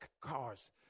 cars